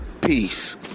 Peace